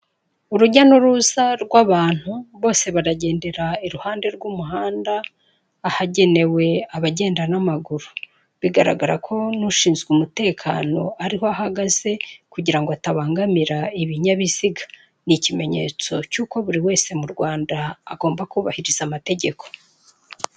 Urujya n'uruza rw'abantu, bose baragendera iruhande rw'umuhanda, ahagenewe abagenda n'amaguru. Bigaragara ko n'ushinzwe umutekano, ariho ahagaze kugira ngo atabangamira ibinyabiziga. Ni ikimenyetso cy'uko buri wese mu Rwanda, agomba kubahiriza amategeko.